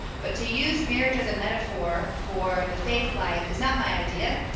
but to use marriage as a metaphor for the faith life is not my idea,